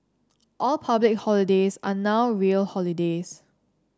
all public holidays are now real holidays